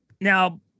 Now